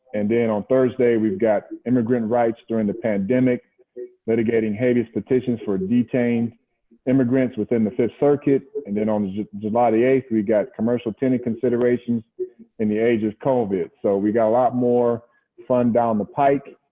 and then on thursday, we've got immigrant rights during the pandemic litigating habeas petitions for detained immigrants within the fifth circuit. and then on july the eighth, we've got commercial tenant considerations in the age of covid. so we've got a lot more fun down the pike.